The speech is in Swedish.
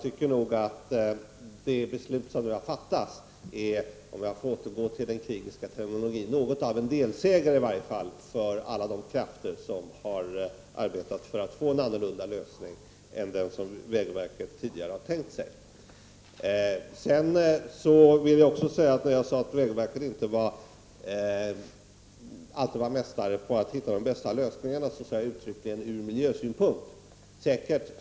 Det beslut som nu har fattats är nog — om jag får återgå till den krigiska terminologin —i varje fall något av en delseger för alla de krafter som har arbetat för att få en annorlunda lösning till stånd än den som vägverket tidigare hade tänkt sig. Sedan vill jag beträffande mitt uttalande om att vägverket inte alltid är mästare på att hitta de bästa lösningarna framhålla att jag uttryckligen sade att det var ur miljösynpunkt.